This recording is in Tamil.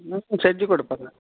ம் செஞ்சி கொடுப்பங்க